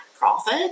profit